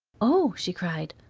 oh! she cried,